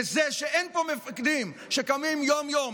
וזה שאין פה מפקדים שקמים יום-יום,